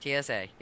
TSA